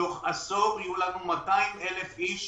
תוך עשור יהיו לנו 200,000 איש,